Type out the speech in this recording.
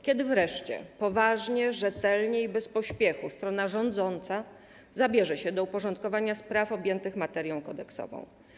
Kiedy wreszcie poważnie, rzetelnie i bez pośpiechu strona rządząca zabierze się do uporządkowania spraw objętych materią kodeksową?